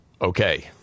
Okay